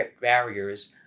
barriers